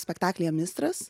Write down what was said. spektaklyje mistras